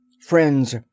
Friends